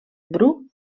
bru